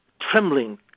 trembling